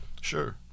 sure